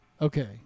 Okay